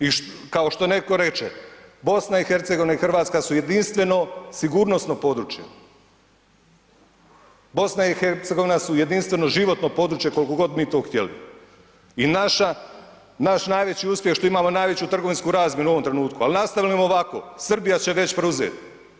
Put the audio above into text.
I kao što netko reče BiH i Hrvatska su jedinstveno sigurnosno područje, BiH su jedinstveno životno područje koliko god mi to htjeli i naša, naš najveći uspjeh što imamo najveću trgovinsku razmjenu u ovom trenutku, ali nastavimo li ovako Srbija će već preuzeti.